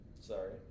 sorry